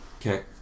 Okay